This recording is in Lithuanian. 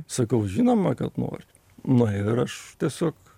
sakau žinoma kad noriu na ir aš tiesiog